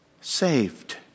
saved